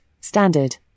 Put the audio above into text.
standard